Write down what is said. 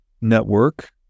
network